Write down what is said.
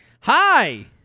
Hi